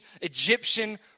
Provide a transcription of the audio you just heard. Egyptian